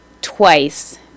twice